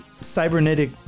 cybernetic